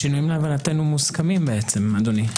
השינויים להבנתנו מוסכמים, אדוני.